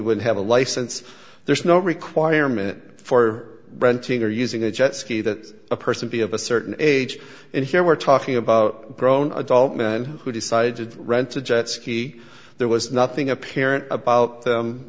would have a license there's no requirement for renting or using a jet ski that a person be of a certain age and here we're talking about grown adult men who decided rent a jet ski there was nothing apparent about them